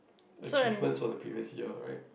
achievement of the periods ya right